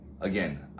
again